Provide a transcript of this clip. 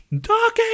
Dark